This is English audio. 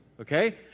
okay